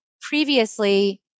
previously